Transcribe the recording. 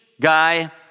guy